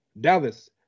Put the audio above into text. Dallas